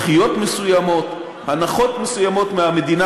דחיות מסוימות,